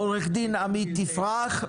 עורך דין עמית יפרח,